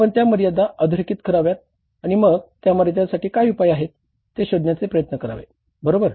आपण त्या मर्यादा अधोरेखित कराव्यात आणि मग त्या मर्यादांसाठी काय उपाय आहे ते शोधण्याचा प्रयत्न करावे बरोबर